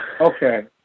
Okay